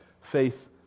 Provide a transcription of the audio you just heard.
faith